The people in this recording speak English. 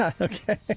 okay